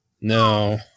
No